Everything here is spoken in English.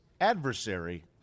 adversary